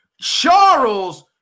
Charles